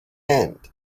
end